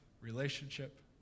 relationship